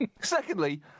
Secondly